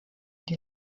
die